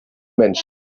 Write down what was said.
menschen